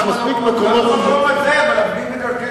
גם במקום הזה, אבל להפגין בדרכי שלום.